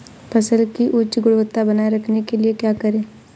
फसल की उच्च गुणवत्ता बनाए रखने के लिए क्या करें?